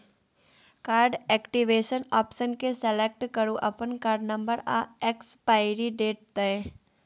card activation option केँ select करु अपन कार्ड नंबर आ एक्सपाइरी डेट दए